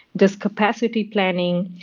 disk capacity planning,